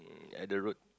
at the road